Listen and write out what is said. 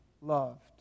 loved